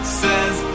says